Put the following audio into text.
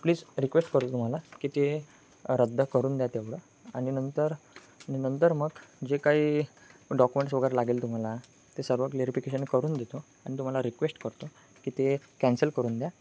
please request करू तुम्हाला की ते रद्द करून द्या तेवढं आणि नंतर नंतर मग जे काही डॉक्युमेंट्स वगैरे लागेल तुम्हाला ते सर्व व्हेरिफिकेशन करून देतो आणि तुम्हाला रिक्वेस्ट करतो की ते कॅन्सल करून द्या